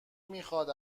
میخاد